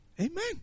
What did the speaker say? Amen